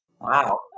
Wow